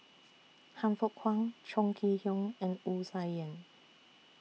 Han Fook Kwang Chong Kee Hiong and Wu Tsai Yen